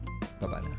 Bye-bye